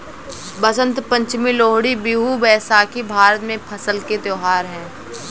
बसंत पंचमी, लोहड़ी, बिहू, बैसाखी भारत में फसल के त्योहार हैं